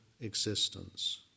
existence